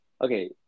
Okay